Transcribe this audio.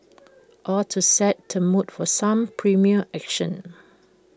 all to set the mood for some primal action